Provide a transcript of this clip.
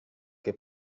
que